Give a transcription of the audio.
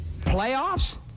Playoffs